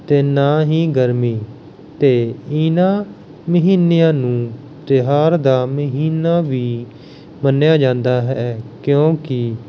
ਅਤੇ ਨਾ ਹੀ ਗਰਮੀ ਅਤੇ ਇਹਨਾਂ ਮਹੀਨਿਆਂ ਨੂੰ ਤਿਉਹਾਰ ਦਾ ਮਹੀਨਾ ਵੀ ਮੰਨਿਆ ਜਾਂਦਾ ਹੈ ਕਿਉਂਕਿ